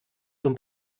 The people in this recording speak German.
zum